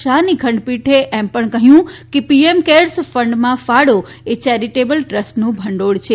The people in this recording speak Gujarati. શાહની ખંડપીઠે એમ પણ કહ્યું કે પીએમ કેર્સ ફંડમાં ફાળો એ ચેરિટેબલ ટ્રસ્ટનું ભંડીળ છે